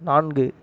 நான்கு